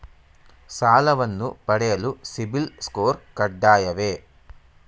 ಸಾಲವನ್ನು ಪಡೆಯಲು CIBIL score ಕಡ್ಡಾಯವೇ?